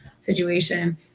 situation